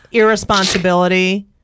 irresponsibility